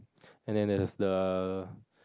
and then there's the